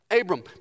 Abram